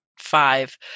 five